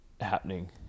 happening